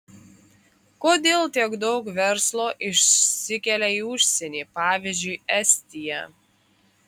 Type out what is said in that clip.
kodėl tiek daug verslo išsikelia į užsienį pavyzdžiui estiją